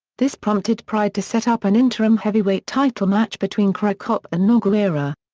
this prompted pride to set up an interim heavyweight title match between crocop and nogueira.